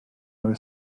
haver